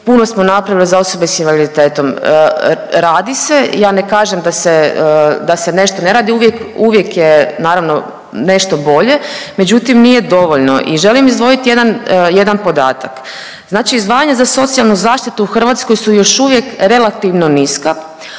puno smo napravili za osobe s invaliditetom. Radi se, ja ne kažem da se, da se nešto ne radi uvijek, uvijek je naravno nešto bolje, međutim nije dovoljno i želim izdvojiti jedan, jedan podatak. Znači izdvajanja za socijalnu zaštitu u Hrvatskoj su još uvijek relativno niska.